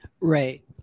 Right